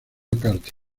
mccarthy